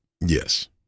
Yes